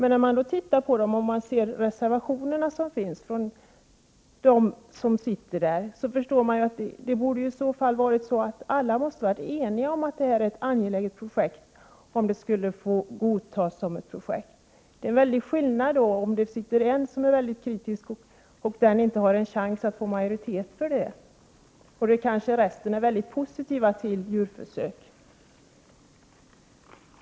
När man tar del av reservationerna som avgetts av dem som sitter i nämnden, finner man att alla måste ha varit eniga om projektets angelägenhet. Det är stor skillnad om en ledamot är kritisk och inte har chans att få majoritet för sin åsikt medan resten av ledamöterna kanske är väldigt positivt inställda till djurförsök.